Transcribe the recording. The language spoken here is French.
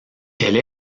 elle